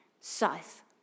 South